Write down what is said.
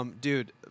Dude